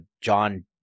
John